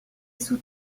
sous